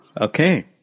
Okay